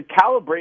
calibrate –